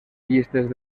llistes